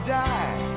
die